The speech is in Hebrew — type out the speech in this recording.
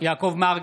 יעקב מרגי,